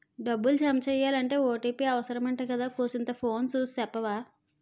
డబ్బులు జమెయ్యాలంటే ఓ.టి.పి అవుసరమంటగదా కూసంతా ఫోను సూసి సెప్పవా